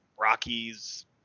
rockies